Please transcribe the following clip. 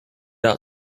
out